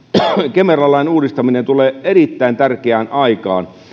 kemera lain uudistaminen tulee erittäin tärkeään aikaan